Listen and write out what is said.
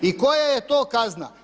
I koja je to kazna?